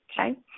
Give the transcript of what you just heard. Okay